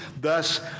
thus